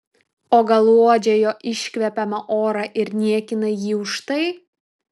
o gal uodžia jo iškvepiamą orą ir niekina jį už tai